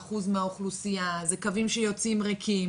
0.0001% מהאוכלוסייה, אלה קווים שיוצאים ריקים